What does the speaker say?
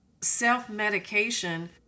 self-medication